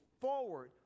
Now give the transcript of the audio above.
forward